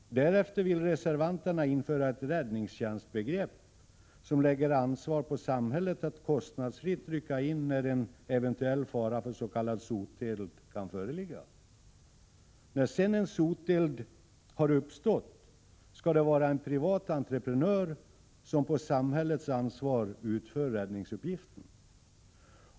Därefter vill reservanterna införa ett räddningstjänstbegrepp som lägger ansvaret på samhället att kostnadsfritt rycka in när en eventuell fara för s.k. soteld kan föreligga. När sedan en soteld har uppstått skall det vara en privat entreprenör som på samhällets ansvar utför räddningsuppgiften.